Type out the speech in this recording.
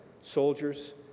soldiers